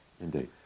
indeed